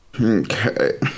Okay